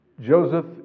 Joseph